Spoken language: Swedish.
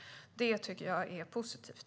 Det är positivt.